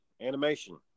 animation